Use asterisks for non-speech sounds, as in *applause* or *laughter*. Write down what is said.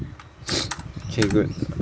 *noise* okay good *noise*